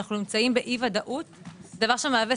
אנו נמצאים באי ודאות דבר שמהווה